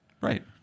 Right